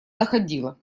доходило